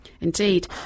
Indeed